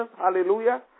Hallelujah